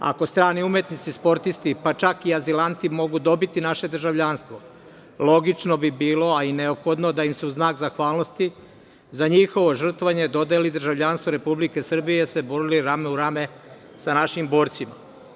Ako strani umetnici, sportisti, pa čak i azilanti mogu dobiti naše državljanstvo, logično bi bilo, a i neophodno da im se u znak zahvalnosti za njihovo žrtvovanje dodeli državljanstvo Republike Srbije, jer su se borili rame uz rame sa našim borcima.